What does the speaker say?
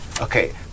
Okay